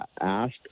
asked